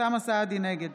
נגד